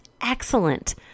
excellent